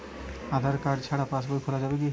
আধার card ছাড়া পাশবই খোলা যাবে কি?